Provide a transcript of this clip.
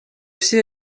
всей